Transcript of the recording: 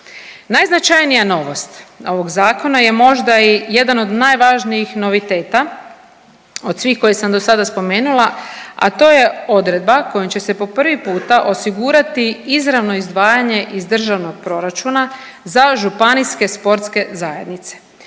Najznačajnija novost ovog zakona je možda i jedan od najvažnijih noviteta od svih koje sam do sada spomenula, a to je odredba kojom će se po prvi puta osigurati izravno izdvajanje iz državnog proračuna za županijske sportske zajednice